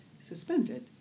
suspended